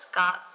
got